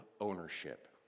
ownership